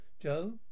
Joe